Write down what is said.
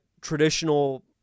traditional